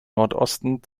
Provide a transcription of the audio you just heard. nordosten